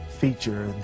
feature